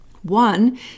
One